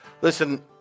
listen